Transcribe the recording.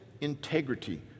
integrity